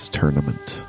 tournament